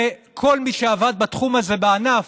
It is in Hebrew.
וכל מי שעבד בתחום הזה בענף,